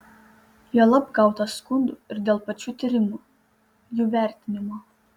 juolab gauta skundų ir dėl pačių tyrimų jų vertinimo